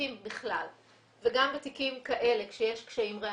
בתיקים בכלל וגם בתיקים כאלה כשיש קשיים ראייתיים,